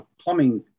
plumbing